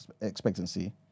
expectancy